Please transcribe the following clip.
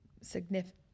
significant